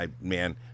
man